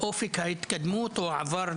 אופק ההתקדמות שלהם,